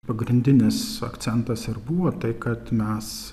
pagrindinis akcentas ir buvo tai kad mes